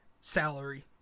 salary